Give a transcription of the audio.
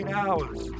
hours